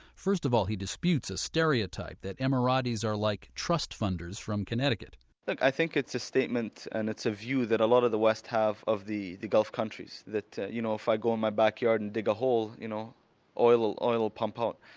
first of all, he disputes a stereotype that emiratis are like trust funders from connecticut look, i think it's a statement and it's a view that a lot of the west have of the the gulf countries. that, you know, if i go in my backyard a and dig a hole, you know oil will pump out.